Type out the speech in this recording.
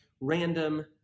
random